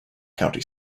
county